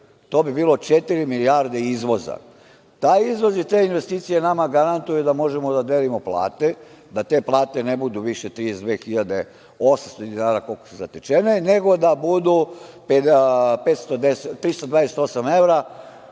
to bi bilo četiri milijarde izvoza. Taj izvoz i te investicije nama garantuju da možemo da delimo plate, da te plate ne budu više 32.800 dinara, koliko su zatečene, 328 evra, nego da budu 510 evra